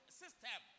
system